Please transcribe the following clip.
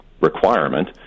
requirement